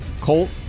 Colt